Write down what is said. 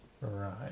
Right